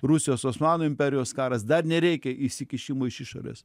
rusijos osmanų imperijos karas dar nereikia įsikišimo iš išorės